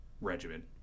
regiment